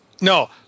no